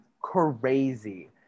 crazy